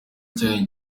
cyanyu